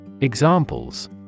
Examples